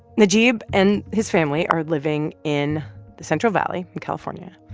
najeeb and his family are living in the central valley in california.